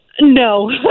No